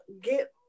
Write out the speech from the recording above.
get